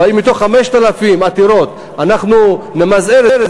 אבל אם מתוך 5,000 עתירות אנחנו נמזער את זה,